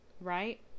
right